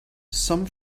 some